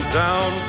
down